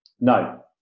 No